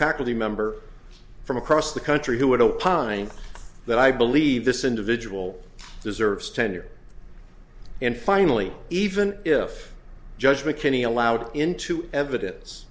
faculty member from across the country who would opine that i believe this individual deserves tenure and finally even if judge mckinney allowed into evidence